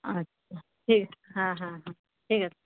আচ্ছা ঠিক হ্যাঁ হ্যাঁ হ্যাঁ ঠিক আছে